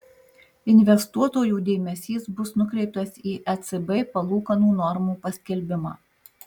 investuotojų dėmesys bus nukreiptas į ecb palūkanų normų paskelbimą